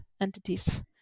entities